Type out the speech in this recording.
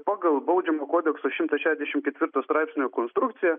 pagal baudžiamojo kodekso šimtas šešiasdešim ketvirto straipsnio konstrukcija